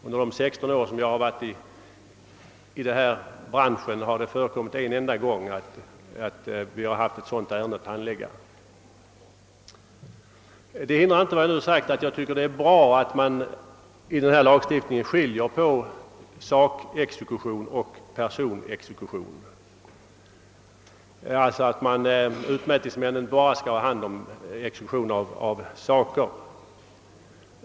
Under de sexton år jag arbetat i mitt yrke har jag endast en gång haft att handlägga ett ärende av det här slaget. Detta hindrar inte att jag tycker att det är bra att man i denna nya lagstiftning skiljer på sakexekution och personexekution, d.v.s. utmätningsmännen skall bara ha hand om exekution av saker.